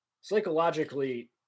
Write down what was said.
psychologically